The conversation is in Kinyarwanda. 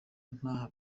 nta